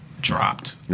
dropped